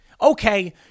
okay